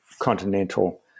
continental